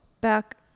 back